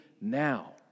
now